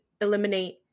eliminate